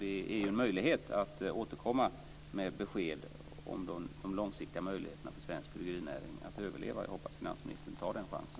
Det ger en möjlighet att återkomma med besked om de långsiktiga möjligheterna för svensk bryggerinäring att överleva. Jag hoppas att finansministern tar den chansen.